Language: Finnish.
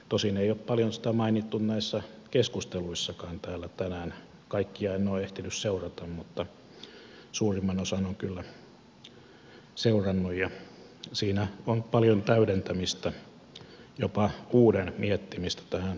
tosin ei ole paljon sitä mainittu näissä keskusteluissakaan täällä tänään kaikkia en ole ehtinyt seurata mutta suurimman osan olen kyllä seurannut ja siinä on paljon täydentämistä jopa uuden miettimistä tähän lakiehdotukseen